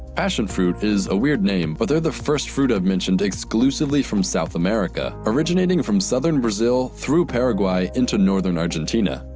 passion fruit is a weird name, but they're the first fruit i've mentioned exclusively from south america. originating from southern brazil, through paraguay, into northern argentina.